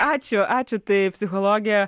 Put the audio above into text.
ačiū ačiū taip psichologė